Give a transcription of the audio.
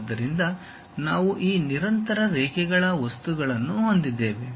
ಆದ್ದರಿಂದ ನಾವು ಈ ನಿರಂತರ ರೇಖೆಗಳ ವಸ್ತುಗಳನ್ನು ಹೊಂದಿದ್ದೇವೆ